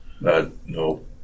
no